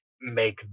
make